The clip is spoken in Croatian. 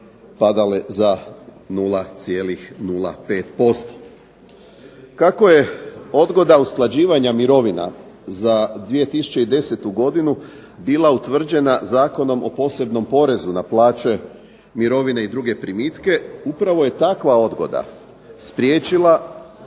padale za 0,05%. Kako je odgoda usklađivanja mirovina za 2010. godinu bila utvrđena Zakonom o posebnom porezu na plaće, mirovine i druge primitke upravo je takva odgoda spriječila